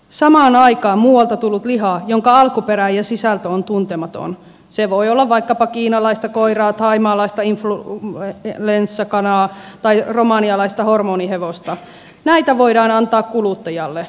samaan aikaan muualta tullutta lihaa jonka alkuperä ja sisältö on tuntematon se voi olla vaikkapa kiinalaista koiraa thaimaalaista influenssakanaa tai romanialaista hormonihevosta voidaan antaa kuluttajalle